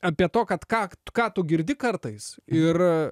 apie to kad ką ką tu girdi kartais ir